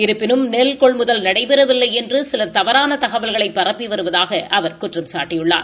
இருப்பினும் நெல் கொள்முதல் நடைபெறவில்லை என்று சிலர் தவறான தகவல்களை பரப்பி வருவதாக அவர் குற்றம்சாட்டியுள்ளார்